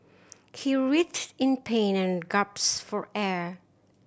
he writhed in pain and gasped for air